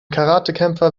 karatekämpfer